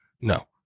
no